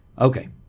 Okay